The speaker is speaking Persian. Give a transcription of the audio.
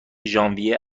ژانویه